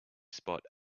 spot